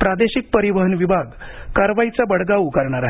प्रादेशिक परिवहन विभाग कारवाईचा बडगा उगारणार आहे